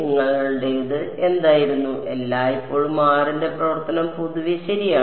നിങ്ങളുടേത് എന്തായിരുന്നു എല്ലായ്പ്പോഴും r ന്റെ പ്രവർത്തനം പൊതുവെ ശരിയാണ്